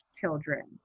children